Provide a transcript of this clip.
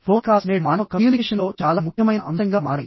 phone calls నేడు మానవ కమ్యూనికేషన్లో చాలా ముఖ్యమైన అంశంగా మారాయి